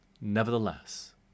nevertheless